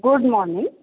good morning